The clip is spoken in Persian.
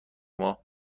تمام